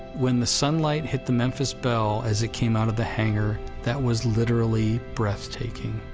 when the sunlight hit the memphis belle as it came out of the hangar, that was literally breathtaking.